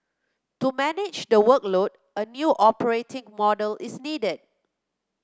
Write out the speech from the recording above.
to manage the workload a new operating model is needed